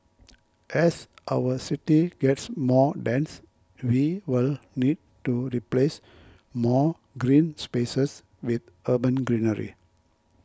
as our city gets more dense we will need to replace more green spaces with urban greenery